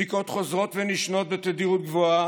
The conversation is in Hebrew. בדיקות חוזרות ונשנות בתדירות גבוהה,